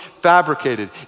fabricated